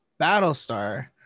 Battlestar